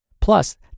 Plus